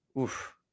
Oof